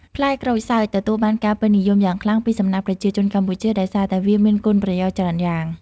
ផ្លែក្រូចសើចទទួលបានការពេញនិយមយ៉ាងខ្លាំងពីសំណាក់ប្រជាជនកម្ពុជាដោយសារតែវាមានគុណប្រយោជន៍ច្រើនយ៉ាង។